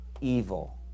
evil